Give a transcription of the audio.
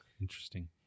Interesting